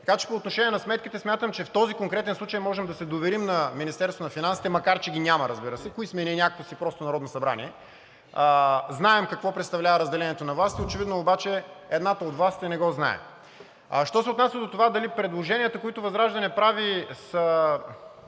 Така че по отношение на сметките смятам, че в този конкретен случай можем да се доверим на Министерството на финансите, независимо че ги няма, разбира се. Кои сме ние, някакво си просто Народно събрание?! Знаем какво представлява разделението на властите, очевидно обаче едната от властите не го знае. А що се отнася до това дали предложенията, които ВЪЗРАЖДАНЕ прави, са